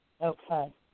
Okay